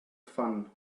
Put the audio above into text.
fun